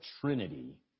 Trinity